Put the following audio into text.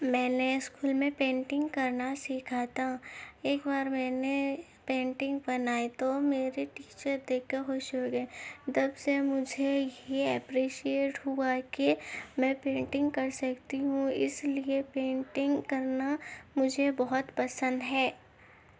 میں نے اسکول میں پینٹنگ کرنا سیکھا تھا ایک بار میں نے پینٹنگ بنائی تو میری ٹیچر دیکھ کر خوش ہو گئے تب سے مجھے یہ اپریشیئٹ ہوا کہ میں پینٹنگ کر سکتی ہوں اس لیے پینٹنگ کرنا مجھے بہت پسند ہے